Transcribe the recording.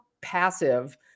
passive